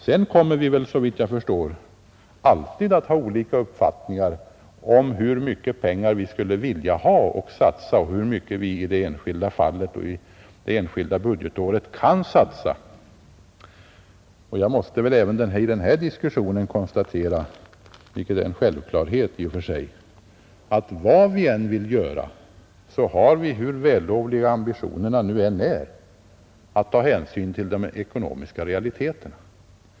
Vi kommer, såvitt jag förstår, alltid att ha olika uppfattningar om hur mycket pengar vi skulle vilja satsa och hur mycket vi i det enskilda fallet och under det enskilda budgetåret kan satsa. Jag måste även i den här diskussionen konstatera, vilket är en självklarhet i och för sig, att vad vi än vill göra har vi, hur vällovliga ambitionerna än är, att ta hänsyn till de ekonomiska realiteterna.